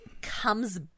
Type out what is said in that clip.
comes